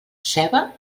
ceba